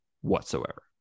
whatsoever